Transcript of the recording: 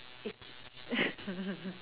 it's